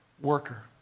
worker